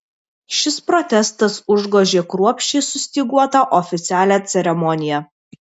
šis protestas užgožė kruopščiai sustyguotą oficialią ceremoniją